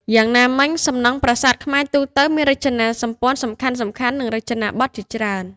យ៉ាងណាមិញ សំណង់ប្រាសាទខ្មែរទូទៅមានរចនាសម្ព័ន្ធសំខាន់ៗ និងរចនាបថជាច្រើន។